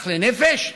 ש"ח לנפש?